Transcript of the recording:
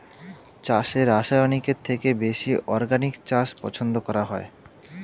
চাষে রাসায়নিকের থেকে বেশি অর্গানিক চাষ পছন্দ করা হয়